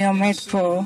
אני עומד כאן